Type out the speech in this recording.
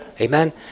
Amen